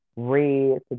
red